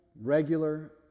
regular